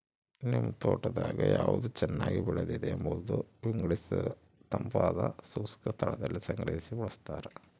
ನಿಮ್ ತೋಟದಾಗ ಯಾವ್ದು ಚೆನ್ನಾಗಿ ಬೆಳೆದಿದೆ ಎಂಬುದ ವಿಂಗಡಿಸಿತಂಪಾದ ಶುಷ್ಕ ಸ್ಥಳದಲ್ಲಿ ಸಂಗ್ರಹಿ ಬಳಸ್ತಾರ